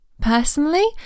Personally